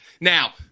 Now